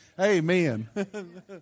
Amen